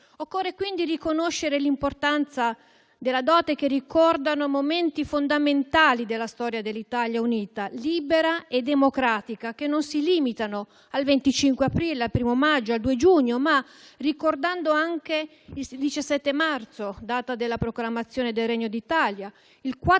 Occorre quindi riconoscere l'importanza delle date che ricordano momenti fondamentali della storia dell'Italia unita, libera e democratica, che non si limitano al 25 aprile, al 1° maggio, al 2 giugno, ma includono anche il 17 marzo, data della proclamazione del Regno d'Italia, il 4